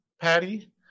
Patty